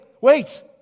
wait